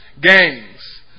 gangs